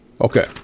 Okay